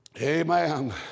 Amen